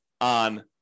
on